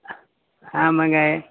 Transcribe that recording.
ஆமாம்ங்க